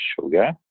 sugar